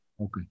Okay